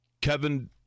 kevin